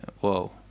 whoa